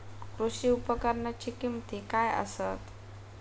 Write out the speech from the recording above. कृषी उपकरणाची किमती काय आसत?